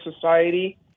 society